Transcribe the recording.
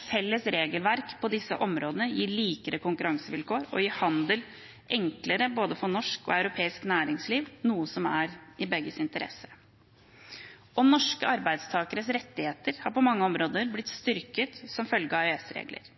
Felles regelverk på disse områdene gir likere konkurransevilkår og gjør handel enklere for både norsk og europeisk næringsliv, noe som er i begges interesse. Norske arbeidstakeres rettigheter har på mange områder blitt styrket som følge av EØS-regler.